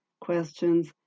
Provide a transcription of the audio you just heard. questions